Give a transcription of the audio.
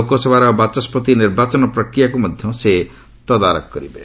ଲୋକସଭାର ବାଚସ୍କତି ନିର୍ବାଚନ ପ୍ରକ୍ରିୟାକ୍ତ ମଧ୍ୟ ସେ ତଦାରଖ କରିବେ